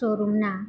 શોરૂમના